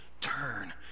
turn